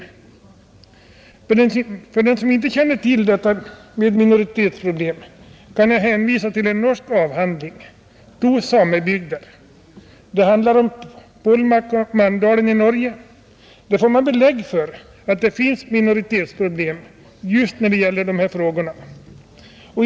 För den som inte känner till detta med minoritetsproblem kan jag hänvisa till en norsk avhandling, ”To samebygder”. Det handlar om Polmak och Manndalen i Norge. Där får man belägg för att det finns minoritetsproblem just när det gäller dessa frågor.